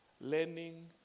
learning